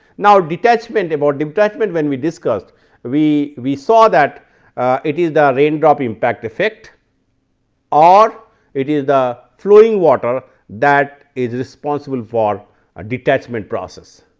now, detachment about detachment when we discussed we we saw that ah it is the raindrop impact effect or it is the flowing water that is responsible for ah detachment process.